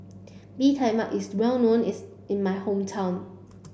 Bee Tai Mak is well known is in my hometown